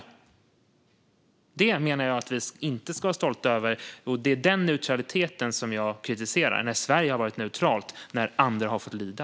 Den neutraliteten menar jag att vi inte ska vara stolta över, och det är den jag kritiserar - att Sverige har varit neutralt när andra har fått lida.